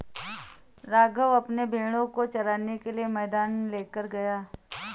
राघव अपने भेड़ों को चराने के लिए मैदान में लेकर गया है